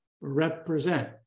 represent